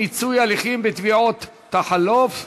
מיצוי הליכים בתביעות תחלוף),